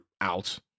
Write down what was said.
out